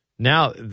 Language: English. Now